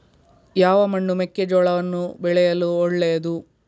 ಯಾವ ಮಣ್ಣು ಮೆಕ್ಕೆಜೋಳವನ್ನು ಬೆಳೆಯಲು ಒಳ್ಳೆಯದು?